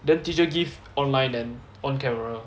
then teacher give online then on camera